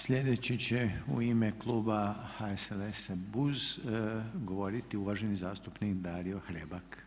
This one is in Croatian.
Sljedeći će u ime Kluba HSLS-a BUZ govoriti uvaženi zastupnik Dario Hrebak.